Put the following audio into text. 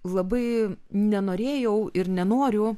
labai nenorėjau ir nenoriu